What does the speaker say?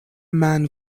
man